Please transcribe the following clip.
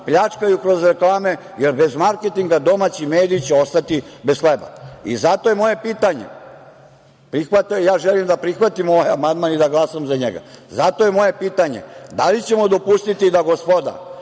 pljačkaju kroz reklame, jer bez marketinga domaći mediji će ostati bez hleba? Ja želim da prihvatim ovaj amandman i da glasam za njega, zato je moje pitanje da li ćemo dopustiti da gospoda